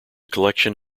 collection